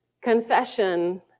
confession